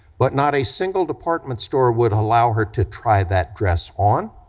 but not a single department store would allow her to try that dress on,